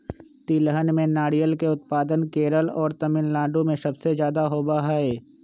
तिलहन में नारियल के उत्पादन केरल और तमिलनाडु में सबसे ज्यादा होबा हई